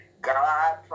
God